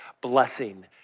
blessing